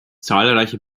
zahlreiche